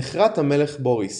נחרת המלך בוריס